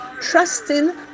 trusting